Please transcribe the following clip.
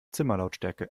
zimmerlautstärke